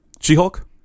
She-Hulk